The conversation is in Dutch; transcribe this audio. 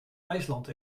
ijsland